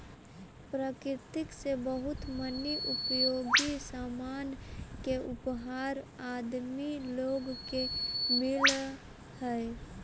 प्रकृति से बहुत मनी उपयोगी सामान के उपहार आदमी लोग के मिलऽ हई